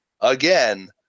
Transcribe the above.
again